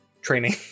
training